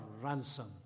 ransom